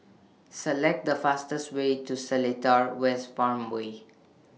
Select The fastest Way to Seletar West Farmway